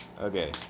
Okay